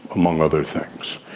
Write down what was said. among other things.